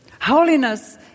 holiness